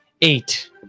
eight